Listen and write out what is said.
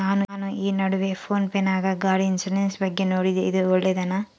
ನಾನು ಈ ನಡುವೆ ಫೋನ್ ಪೇ ನಾಗ ಗಾಡಿ ಇನ್ಸುರೆನ್ಸ್ ಬಗ್ಗೆ ನೋಡಿದ್ದೇ ಇದು ಒಳ್ಳೇದೇನಾ?